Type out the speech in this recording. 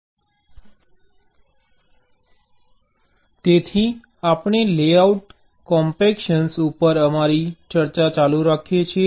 તેથી આપણે layout compaction ઉપર અમારી ચર્ચા ચાલુ રાખીએ છીએ